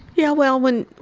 yeah, well, when,